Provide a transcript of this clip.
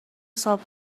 صاحب